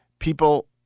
people